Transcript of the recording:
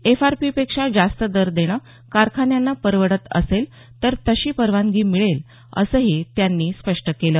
F R P पेक्षा जास्त दर देणं कारखान्यांना परवडत असेल तर तशी परवानगी मिळेल असंही त्यांनी स्पष्ट केलं